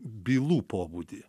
bylų pobūdį